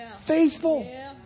Faithful